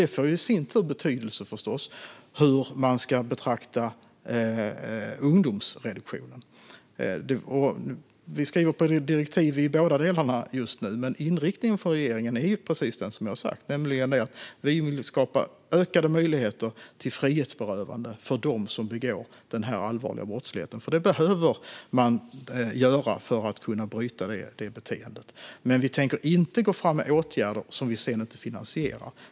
Det får förstås i sin tur betydelse för hur man ska betrakta ungdomsreduktionen. Vi skriver direktiv i båda dessa delar just nu, men regeringens inriktning är den jag har fört fram nämligen att vi vill skapa ökade möjligheter till frihetsberövande för dem som begår allvarlig brottslighet av detta slag. Detta behöver vi göra för att vi ska kunna bryta det här beteendet. Vi tänker dock inte gå fram med åtgärder som vi sedan inte finansierar.